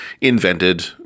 invented